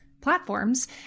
platforms